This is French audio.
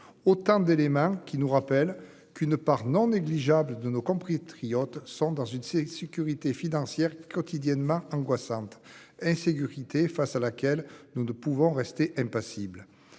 Autant d'éléments qui nous rappelle qu'une part non négligeable de nos compris triote sans dans une série de sécurité financière quotidiennement angoissante insécurité face à laquelle nous ne pouvons rester impassible,